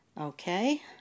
Okay